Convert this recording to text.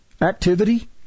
activity